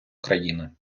країни